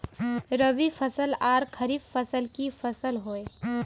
रवि फसल आर खरीफ फसल की फसल होय?